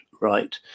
right